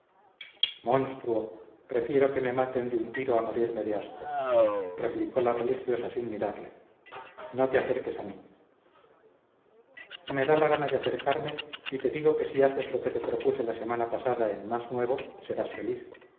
monstruo prefiero que me maten de un tiro a morirme de asco replicó la religiosa sin mirarle no te acerques a mí me da la gana de acercarme y te digo que si haces lo que te propuse la semana pasada en mas nuevo serás feliz